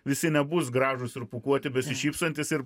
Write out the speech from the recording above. visi nebus gražūs ir pūkuoti besišypsantys ir